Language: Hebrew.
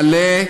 מלא,